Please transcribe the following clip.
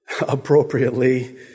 appropriately